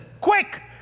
quick